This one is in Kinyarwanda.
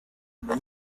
kumwe